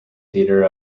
theatre